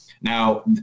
Now